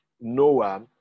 Noah